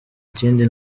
kindi